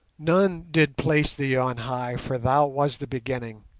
none did place thee on high, for thou was the beginning.